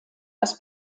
das